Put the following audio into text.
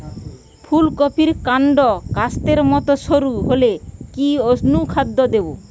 ফুলকপির কান্ড কাস্তের মত সরু হলে কি অনুখাদ্য দেবো?